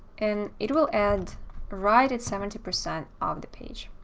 and it will add right at seventy percent of the page.